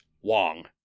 Wong